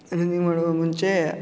running ಮಾಡುವ ಮುಂಚೆ